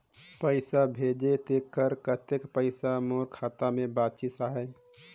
पइसा भेजे तेकर कतेक पइसा मोर खाता मे बाचिस आहाय?